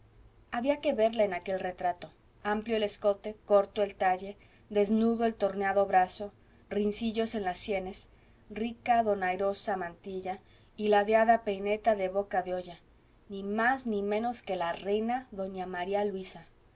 había que verla en aquel retrato amplio el escote corto el talle desnudo el torneado brazo ricillos en las sienes rica donairosa mantilla y ladeada peineta de boca de olla ni más ni menos que la reina doña maría luisa